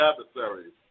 adversaries